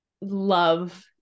love